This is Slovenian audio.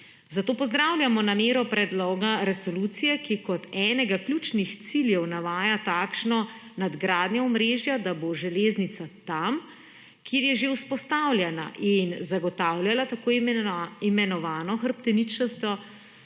zato pozdravljamo namero predloga resolucije, ki ko enega ključnih ciljev navaja takšno nadgradnjo omrežja, da bo železnica tam, kjer je že vzpostavljena in zagotavljala tako imenovano hrbteničasto